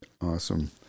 awesome